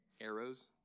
arrows